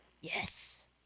yes